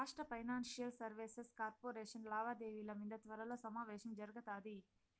రాష్ట్ర financial services corporation లావాదేవిల మింద త్వరలో సమావేశం జరగతాది